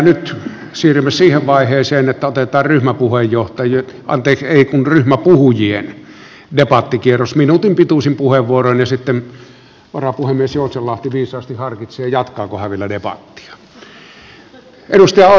nyt siirrymme siihen vaiheeseen että otetaan ryhmäpuhujien debattikierros minuutin pituisin puheenvuoroin ja sitten varapuhemies joutsenlahti viisaasti harkitsee jatkaako hän vielä debattia